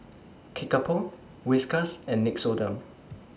Kickapoo Whiskas and Nixoderm